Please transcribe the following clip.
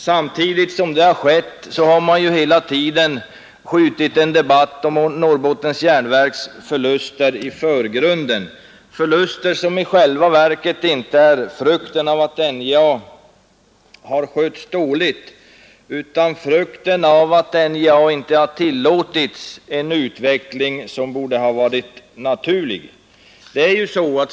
Samtidigt som detta har skett har man hela tiden skjutit en debatt om Norrbottens Järnverks förluster i förgrunden, förluster som i själva verket inte är frukten av att NJA har skötts dåligt, utan frukten av att NJA inte har tillåtits en utveckling som borde ha varit naturlig.